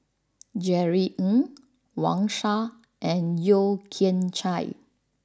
Jerry Ng Wang Sha and Yeo Kian Chai